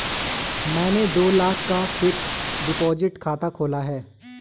मैंने दो लाख का फ़िक्स्ड डिपॉज़िट खाता खोला